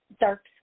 dark